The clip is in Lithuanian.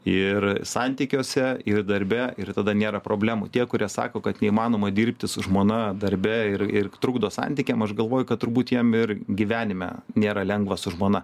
ir santykiuose ir darbe ir tada nėra problemų tie kurie sako kad neįmanoma dirbti su žmona darbe ir ir trukdo santykiam aš galvoju kad turbūt jam ir gyvenime nėra lengva su žmona